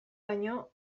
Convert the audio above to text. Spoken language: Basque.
baino